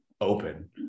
open